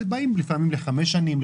באים לפעמים ל-5 שנים,